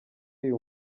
uyu